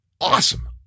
Awesome